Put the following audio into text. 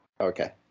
Okay